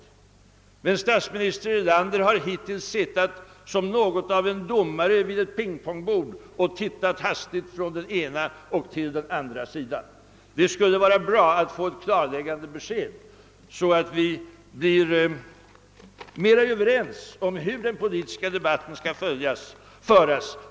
Statsminister Erlander har hittills suttit ungefär som en domare vid ett ping-pongbord och hastigt tittat från den ena sidan till den andra. Det skulle vara bra att få ett klarläggande besked, så att vi kan bli mera överens om hur den politiska debatten skall föras.